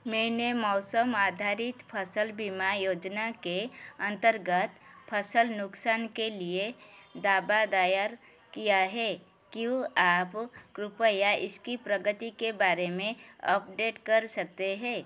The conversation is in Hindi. मेने मौसम आधारित फसल बीमा योजना के अंतर्गत फसल नुक़सान के लिए दावा दायर किया है क्यों आप कृप्या इसकी प्रगति के बारे में अपडेट कर सकते हैं